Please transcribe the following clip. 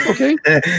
Okay